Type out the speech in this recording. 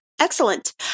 excellent